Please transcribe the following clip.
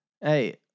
Hey